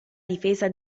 difesa